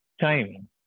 time